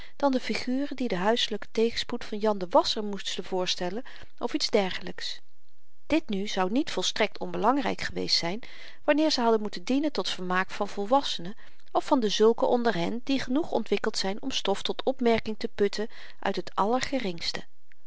dan de figuren die den huiselyken tegenspoed van jan de wasscher moesten voorstellen of iets dergelyks dit nu zou niet volstrekt onbelangryk geweest zyn wanneer ze hadden moeten dienen tot vermaak van volwassenen of van dezulken onder hen die genoeg ontwikkeld zyn om stof tot opmerking te putten uit het allergeringste